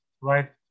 right